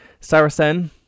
Saracen